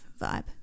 vibe